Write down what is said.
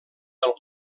del